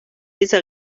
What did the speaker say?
dieser